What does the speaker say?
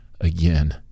again